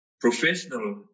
professional